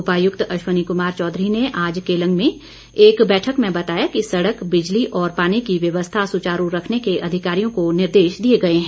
उपायुक्त अश्वनी कुमार चौधरी ने आज केलंग में एक बैठक में बताया कि सड़क बिजली और पानी की व्यवस्था सुचारू रखने के अधिकारियों को निर्देश दिए गए हैं